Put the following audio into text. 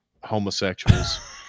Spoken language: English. homosexuals